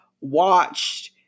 watched